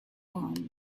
palms